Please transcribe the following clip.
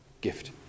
gift